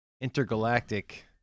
intergalactic